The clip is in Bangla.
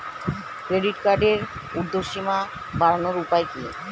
ক্রেডিট কার্ডের উর্ধ্বসীমা বাড়ানোর উপায় কি?